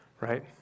right